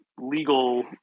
legal